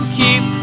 keep